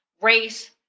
race